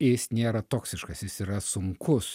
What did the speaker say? jis nėra toksiškas jis yra sunkus